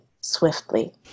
swiftly